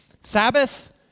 Sabbath